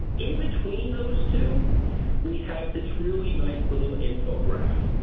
in between those two we have this really nice little infograph.